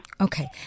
Okay